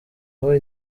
aho